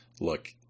look